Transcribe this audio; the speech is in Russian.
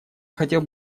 хотел